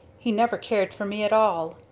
he never cared for me at all.